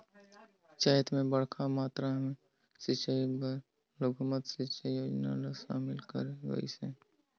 चैत मे बड़खा मातरा मे सिंचई बर लघुतम सिंचई योजना ल शामिल करे गइस हे